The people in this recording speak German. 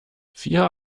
vier